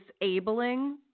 disabling